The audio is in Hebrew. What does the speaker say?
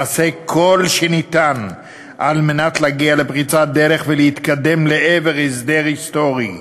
עשה כל שניתן כדי להגיע לפריצת דרך ולהתקדם לעבר הסדר היסטורי.